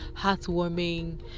heartwarming